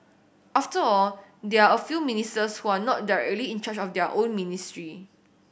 after all there are a few ministers who are not directly in charge of their own ministry